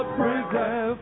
prison